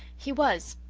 he was,